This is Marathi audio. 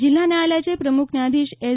जिल्हा न्यायालयाचे प्रमुख न्यायाधीश एस